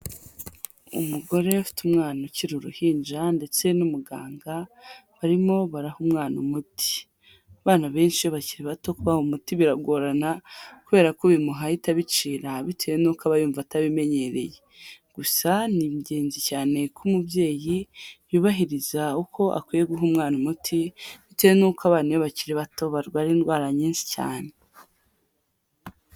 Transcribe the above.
Umugore afite umwana ukiri uruhinja ndetse n'umuganga, barimo baraha umwana umuti, abana benshi iyo bakiri bato kuba umuti biragorana kubera ko ubimuhaye ahita abicira bitewe n'uko aba yumva atabimenyereye, gusa ni ingenzi cyane ko umubyeyi, yubahiriza uko akwiye guha umwana umuti, bitewe n'uko abana bakiri bato barwara indwara nyinshi cyane.